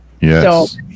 Yes